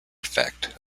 effect